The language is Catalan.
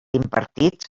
impartits